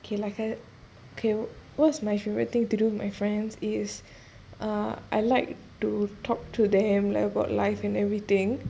K lah can K what's my favourite thing to do my friends is uh I like to talk to them like about life and everything